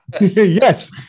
Yes